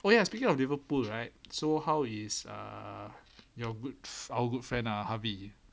oh ya speaking of liverpool right so how is uh your good our good friend ah havi